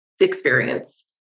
experience